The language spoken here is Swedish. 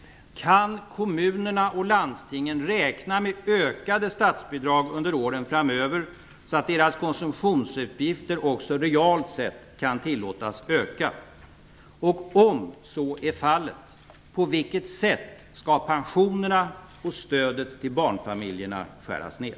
Kan kommunerna och landstingen räkna med ökade statsbidrag under åren framöver så att deras konsumtionsutgifter också realt sett kan tillåtas öka? Om så är fallet, på vilket sätt skall pensionerna och stödet till barnfamiljerna skäras ner?